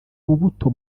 rubuto